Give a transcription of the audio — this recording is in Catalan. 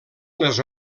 les